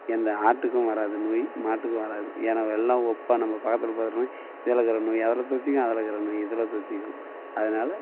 எந்த ஆட்டுக்கும் வராது நோய் மாட்டுக்கும் வராது ஏன்னா எல்லாம் ஒப்ப நம்ம பக்கத்தில் பக்கத்தில் இதுலருக்கிற நோய் அதில் தொற்றிக்கும் அதுலருக்கிற நோய் இதில் தொற்றிக்கும் அதனால